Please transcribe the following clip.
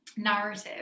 narrative